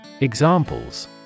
Examples